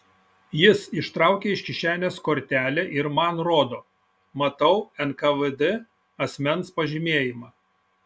jis ištraukė iš kišenės kortelę ir man rodo matau nkvd asmens pažymėjimą